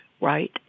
right